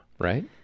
right